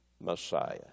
Messiah